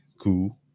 cool